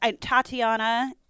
Tatiana